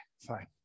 fine